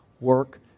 work